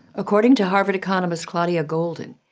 according to harvard economist claudia goldin,